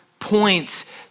points